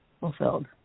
fulfilled